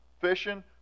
fishing